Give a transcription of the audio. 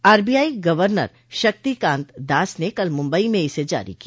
RBI governor Shaktikanta Das ने कल मूम्बई में इसे जारी किया